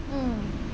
mm